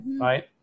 Right